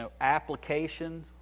application